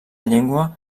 llengua